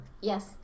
Yes